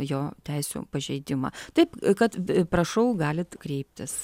jo teisių pažeidimą taip kad prašau galit kreiptis